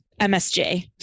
MSJ